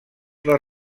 les